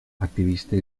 activistes